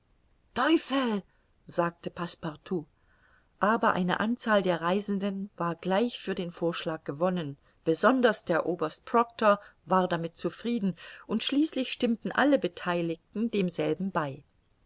sagte passepartout aber eine anzahl der reisenden war gleich für den vorschlag gewonnen besonders der oberst proctor war damit zufrieden und schließlich stimmten alle betheiligten demselben bei